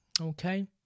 Okay